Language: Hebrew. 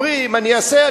אומרים: אני אעשה,